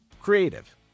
creative